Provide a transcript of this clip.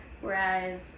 whereas